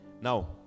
Now